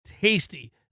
tasty